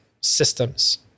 systems